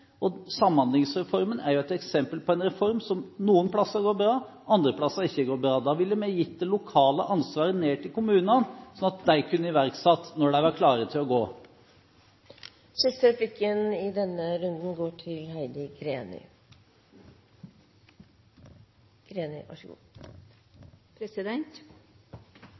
Samhandlingsreformen er et eksempel på en reform som noen plasser går bra, andre plasser går det ikke bra. Da ville vi gitt det lokale ansvaret ned til kommunene, slik at de kunne iverksette når de var klare til det. Helleland avsluttet innlegget sitt med å si at hvis de kommer til